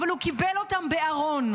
אבל הוא קיבל אותם בארון.